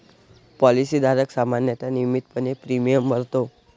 policy धारक सामान्यतः नियमितपणे प्रीमियम भरतो